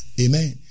amen